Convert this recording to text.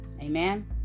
Amen